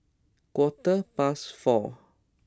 quarter past four